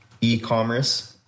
e-commerce